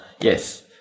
yes